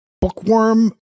Bookworm